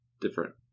different